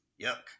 Yuck